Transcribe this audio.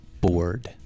bored